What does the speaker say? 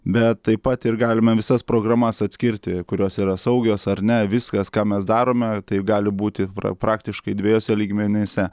bet taip pat ir galime visas programas atskirti kurios yra saugios ar ne viskas ką mes darome tai gali būti praktiškai dviejuose lygmenyse